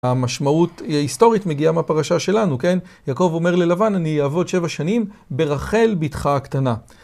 המשמעות היסטורית מגיעה מהפרשה שלנו, כן? יעקב אומר ללבן, אני אעבוד שבע שנים ברחל בתך הקטנה.